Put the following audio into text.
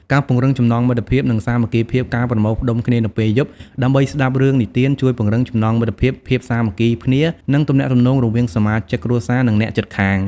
ការពង្រឹងចំណងមិត្តភាព និងសាមគ្គីភាព ការប្រមូលផ្ដុំគ្នានៅពេលយប់ ដើម្បីស្ដាប់រឿងនិទាន ជួយពង្រឹង ចំណងមិត្តភាព ភាពសាមគ្គីគ្នា និងទំនាក់ទំនងរវាងសមាជិកគ្រួសារ និងអ្នកជិតខាង ។